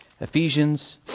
Ephesians